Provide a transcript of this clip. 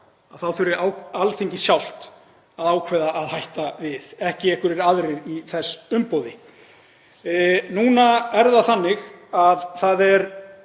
þá þurfi Alþingi sjálft að ákveða að hætta við, ekki einhverjir aðrir í þess umboði. Núna er það þannig að það eru